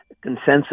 consensus